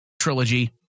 trilogy